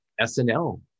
SNL